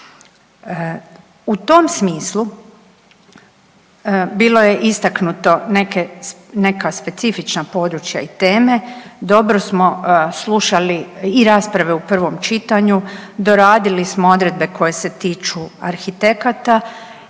U tom smislu bilo je istaknuto neka specifična područja i teme, dobro smo slušali i rasprave u prvom čitanju, doradili smo odredbe koje se tiču arhitekata,